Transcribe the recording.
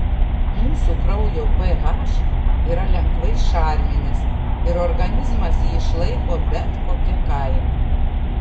mūsų kraujo ph yra lengvai šarminis ir organizmas jį išlaiko bet kokia kaina